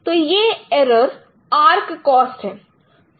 तो यह इरर आर्क कॉस्ट है